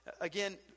again